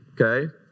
okay